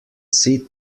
see